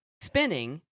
spinning